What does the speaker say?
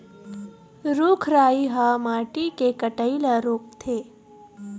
रूख राई ह माटी के कटई ल रोकथे